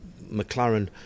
McLaren